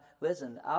listen